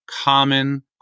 common